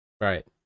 Right